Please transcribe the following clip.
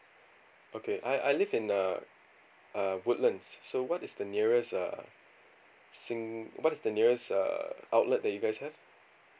okay I I live in uh uh woodlands so what is the nearest uh sing~ what is the nearest uh outlet that you guys have